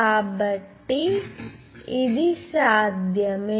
కాబట్టి ఇది చాలా సాధ్యమే